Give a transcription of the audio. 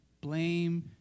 Blame